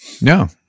No